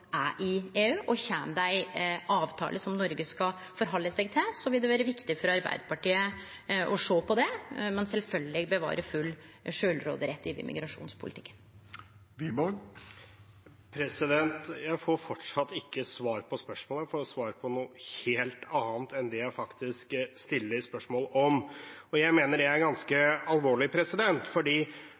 skal forhalde seg til, vil det vere viktig for Arbeidarpartiet å sjå på det, men sjølvsagt bevare full sjølvråderett i migrasjonspolitikken. Jeg får fortsatt ikke svar på spørsmålet – jeg får svar på noe helt annet enn det jeg faktisk stiller spørsmål om. Jeg mener det er ganske alvorlig,